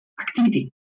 activity